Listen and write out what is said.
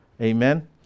Amen